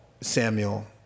Samuel